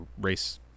race